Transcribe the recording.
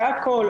זה הכול,